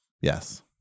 Yes